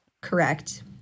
Correct